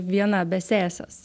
viena be sesės